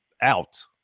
out